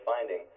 finding